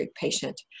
patient